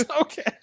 Okay